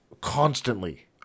constantly